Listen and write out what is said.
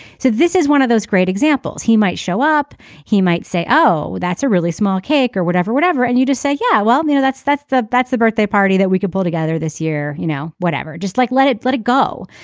so this is one of those great examples. he might show up he might say oh that's a really small cake or whatever whatever and you just say yeah well you know that's that's the that's the birthday party that we could pull together this year. you know whatever. just like let it let it go.